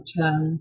term